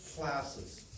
classes